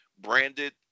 branded